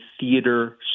theater